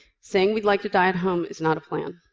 saying we'd like to die at home is not a plan.